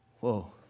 whoa